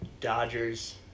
Dodgers